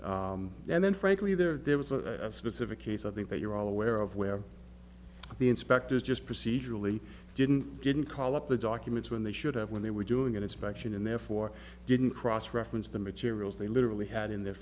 perform and then frankly there was a specific case i think that you're aware of where the inspectors just procedurally didn't didn't call up the documents when they should have when they were doing an inspection and therefore didn't cross reference the materials they literally had in their